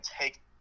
take